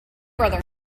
brother